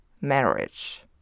marriage